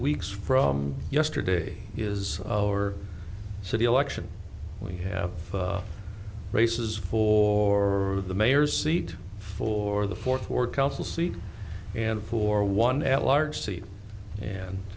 weeks from yesterday is our city election we have races for the mayor's seat for the fourth ward council seat and for one at large seat and